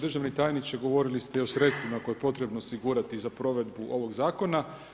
Državni tajniče govorili ste i o sredstvima koje je potrebno osigurati za provedbu ovog zakona.